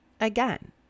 again